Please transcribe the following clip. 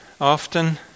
often